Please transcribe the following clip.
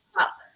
up